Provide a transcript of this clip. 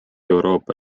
euroopa